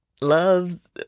loves